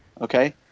okay